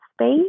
space